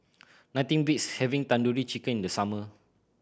nothing beats having Tandoori Chicken in the summer